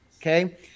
okay